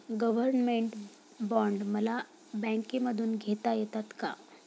Government bond मला बँकेमधून घेता येतात का?